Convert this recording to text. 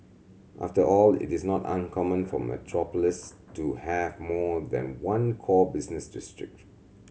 after all it is not uncommon for metropolis to have more than one core business district